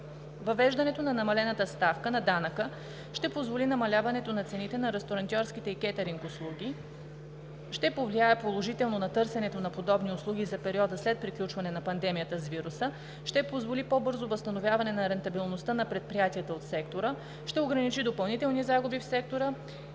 Въвеждането на намалената ставка на данъка ще позволи намаляването на цените на ресторантьорските и кетъринг услуги, ще повлияе положително на търсенето на подобни услуги за периода след приключване на пандемията с вируса, ще позволи по-бързо възстановяване на рентабилността на предприятията от сектора, ще ограничи допълнителни загуби в сектора